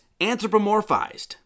anthropomorphized